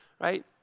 right